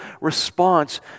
response